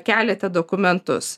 keliate dokumentus